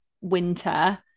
winter